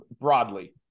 broadly